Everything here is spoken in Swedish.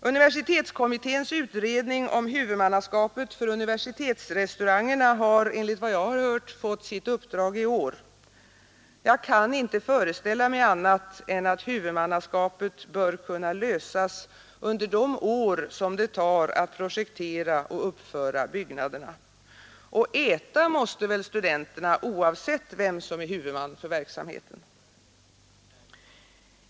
Universitetskommitténs utredning om huvudmannaskapet för universitetsrestaurangerna har, enligt vad jag hört, fått sitt uppdrag i år. Jag kan inte föreställa mig annat än att frågan om huvudmannaskapet bör kunna lösas under de år som det tar att projektera och uppföra byggnaderna. Och äta måste väl studenterna, oavsett vem som är huvudman för verksamheten?